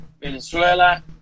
Venezuela